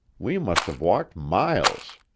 we must have walked miles!